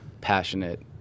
passionate